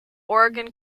oregon